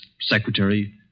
Secretary